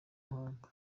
muhanga